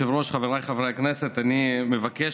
אדוני היושב-ראש, חבריי חברי הכנסת, אני מבקש